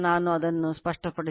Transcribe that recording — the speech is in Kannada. ನಾನು ಅದನ್ನು ಸ್ಪಷ್ಟಗೊಳಿಸುತ್ತೇನೆ